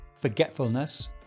forgetfulness